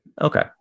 Okay